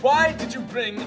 why did you bring